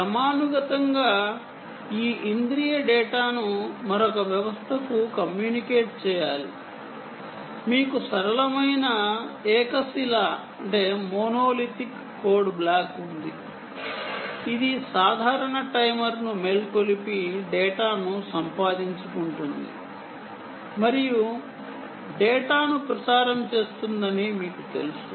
క్రమానుగతంగా ఈ సెన్స్డ్ డేటాను మరొక వ్యవస్థకు కమ్యూనికేట్ చేయాలి మీకు సరళమైన మోనోలిథిక్ కోడ్ బ్లాక్ ఉంది ఇది సాధారణ టైమర్ ను మేల్కొలిపి డేటాను సంపాదించుకుంటుంది మరియు డేటాను ప్రసారం చేస్తుందని మీకు తెలుసు